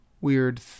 weird